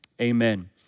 amen